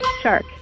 Shark